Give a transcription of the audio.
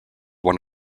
one